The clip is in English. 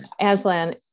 Aslan